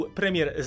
premier